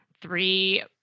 three